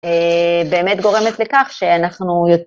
באמת גורמת לכך שאנחנו